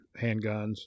handguns